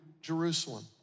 Jerusalem